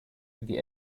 wie